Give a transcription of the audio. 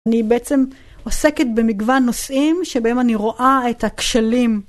אני בעצם עוסקת במגוון נושאים שבהם אני רואה את הכשלים.